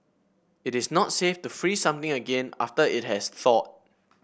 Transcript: it is not safe to freeze something again after it has thawed